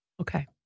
Okay